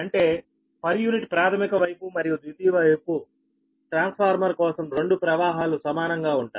అంటే per unit ప్రాధమిక వైపు మరియు ద్వితీయ వైపు ట్రాన్స్ఫార్మర్ కోసం రెండు ప్రవాహాలు సమానంగా ఉంటాయి